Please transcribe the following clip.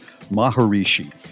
Maharishi